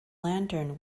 lantern